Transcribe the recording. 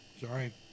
Sorry